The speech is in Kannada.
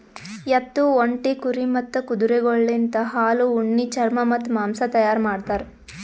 ಎತ್ತು, ಒಂಟಿ, ಕುರಿ ಮತ್ತ್ ಕುದುರೆಗೊಳಲಿಂತ್ ಹಾಲು, ಉಣ್ಣಿ, ಚರ್ಮ ಮತ್ತ್ ಮಾಂಸ ತೈಯಾರ್ ಮಾಡ್ತಾರ್